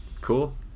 cool